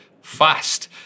fast